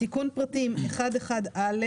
תיקון פרטים 1(1)(א),